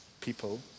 people